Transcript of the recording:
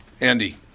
Andy